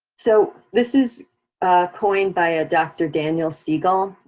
so this is coined by a dr. daniel siegel.